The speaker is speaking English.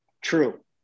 true